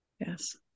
Yes